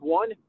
one